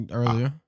earlier